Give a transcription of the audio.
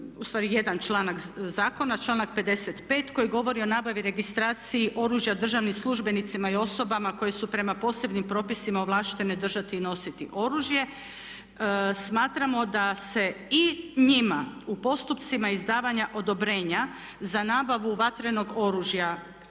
u stvari jedan članak zakona, članak 55. koji govori o nabavi registraciji oružja državnim službenicima i osobama koji su prema posebnim propisima ovlaštene držati i nositi oružje. Smatramo da se i njima u postupcima izdavanja odobrenja za nabavu vatrenog oružja